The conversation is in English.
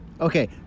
Okay